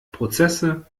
prozesse